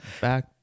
Back